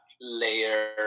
layer